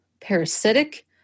parasitic